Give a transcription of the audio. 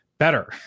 Better